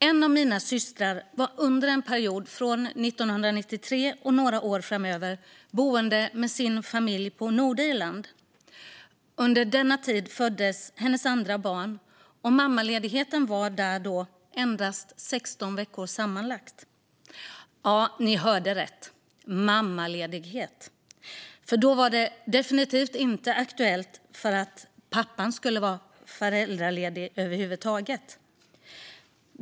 En av mina systrar bodde från 1993 och några år framöver med sin familj på Nordirland. Under denna tid föddes hennes andra barn, och mammaledigheten där var då sammanlagt endast 16 veckor. Ja, ni hörde rätt: mammaledighet. Då var det definitivt inte aktuellt att pappan skulle vara föräldraledig över huvud taget.